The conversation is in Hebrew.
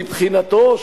מבחינתו,